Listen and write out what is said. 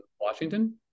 Washington